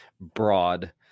broad